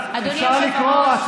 אחת לא ראויה.